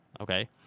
okay